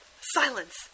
Silence